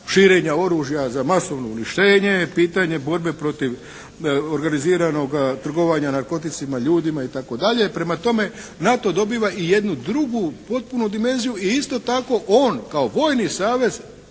širenja oružja za masovno uništenje, pitanje borbe protiv organiziranog trgovanja narkoticima, ljudima itd. Prema tome, NATO dobiva i jednu drugu potpunu dimenziju i isto tako on kao vojni savez